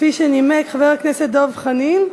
כפי שנימק חבר הכנסת דב חנין.